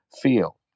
feel